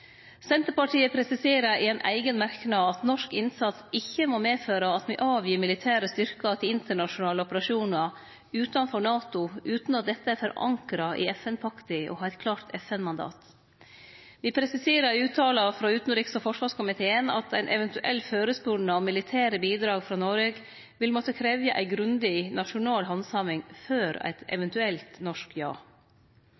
Senterpartiet presiserer i ein eigen merknad at norsk innsats ikkje må medføre at me bidreg med militære styrkar til internasjonale operasjonar utanfor NATO utan at dette er forankra i FN-pakta og har eit klårt FN-mandat. Me presiserer i uttala frå utanriks- og forsvarskomiteen at ein eventuell førespurnad om militære bidrag frå Noreg vil måtte krevje ei grundig nasjonal handsaming før eit